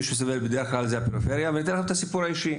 בדרך כלל הפריפריה היא זו שסובלת.